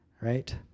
Right